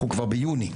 אנחנו כבר ביוני.